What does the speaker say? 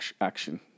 action